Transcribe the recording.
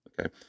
okay